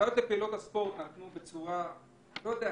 ההנחיות לפעילות הספורט ניתנו בצורה פוליטית,